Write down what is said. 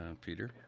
Peter